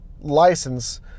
license